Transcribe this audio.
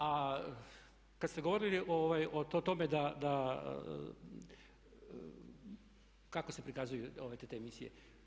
A kada ste govorili o tome da, kako se prikazuju te emisije.